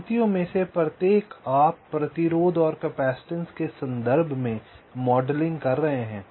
तो इन पंक्तियों में से प्रत्येक आप प्रतिरोध और कैपेसिटेंस के संदर्भ में मॉडलिंग कर रहे हैं